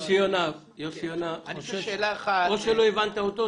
יוסי יונה או שלא הבנת אותו,